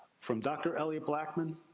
from dr. eliott blackman.